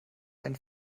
einen